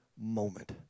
moment